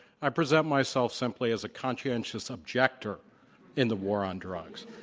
i present myself simply as a conscientious objector in the war on drugs.